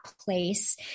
place